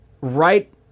right